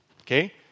Okay